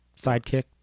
sidekick